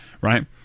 right